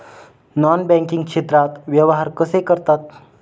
Non banking क्षेत्रात व्यवहार कसे करतात?